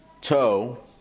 toe